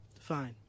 Fine